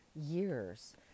years